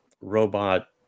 robot